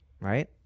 right